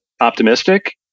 optimistic